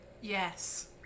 yes